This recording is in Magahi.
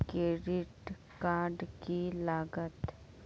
क्रेडिट कार्ड की लागत?